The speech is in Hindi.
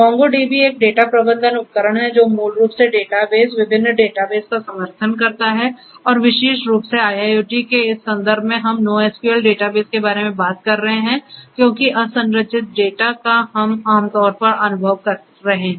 तो MongoDB एक डेटा प्रबंधन उपकरण है जो मूल रूप से डेटाबेस विभिन्न डेटाबेस का समर्थन करता है और विशेष रूप से IIoT के इस संदर्भ में हम NoSQL डेटाबेस के बारे में बात कर रहे हैं क्योंकि असंरचित डेटा का हम आम तौर पर अनुभव कर रहे हैं